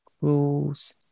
rules